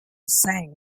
sang